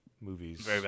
movies